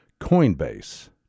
Coinbase